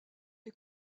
est